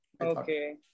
Okay